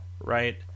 right